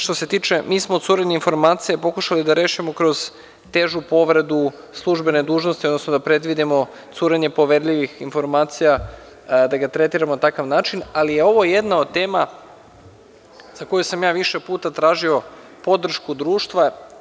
Što se tiče curenja informacija, mi smo pokušali da rešimo kroz težu povredu službene dužnosti, da predvidimo curenje poverljivih informacija, da tretiramo na takav način, ali je ovo jedna od tema za koju sam ja više puta tražio podršku društva.